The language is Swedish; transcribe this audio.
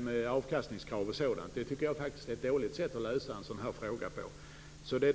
med avkastningskrav och sådant. Jag tycker att det är ett dåligt sätt att lösa en sådan här fråga.